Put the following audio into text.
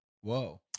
Whoa